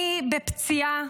מי בפציעה